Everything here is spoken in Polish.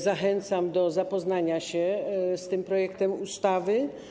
Zachęcam do zapoznania się z tym projektem ustawy.